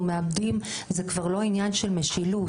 אנחנו מאבדים, זה כבר לא עניין של משילות.